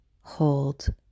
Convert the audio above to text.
hold